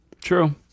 True